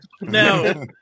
No